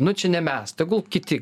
nu čia ne mes tegul kiti